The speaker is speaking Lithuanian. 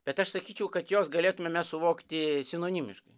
bet aš sakyčiau kad jos galėtumėme suvokti sinonimiškai